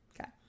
Okay